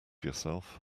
yourself